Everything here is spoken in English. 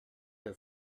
have